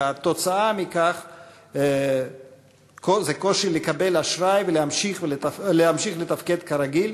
והתוצאה היא קושי לקבל אשראי ולהמשיך לתפקד כרגיל,